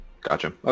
Gotcha